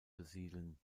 besiedeln